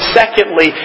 secondly